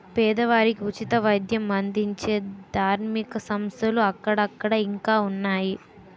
పేదవారికి ఉచిత వైద్యం అందించే ధార్మిక సంస్థలు అక్కడక్కడ ఇంకా ఉన్నాయి